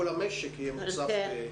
כל המשק יהיה מוצף.